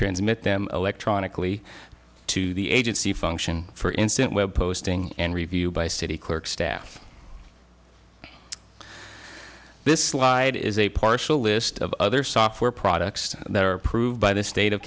transmit them electronically to the agency function for instant web posting and review by city clerk staff this slide is a partial list of other software products that are approved by the state of